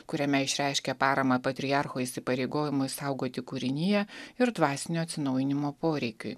kuriame išreiškė paramą patriarcho įsipareigojimui saugoti kūriniją ir dvasinio atsinaujinimo poreikiui